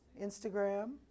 Instagram